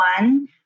one